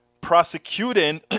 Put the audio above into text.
Prosecuting